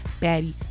baddie